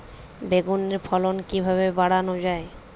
বেগুনের ফলন কিভাবে বাড়ানো যায়?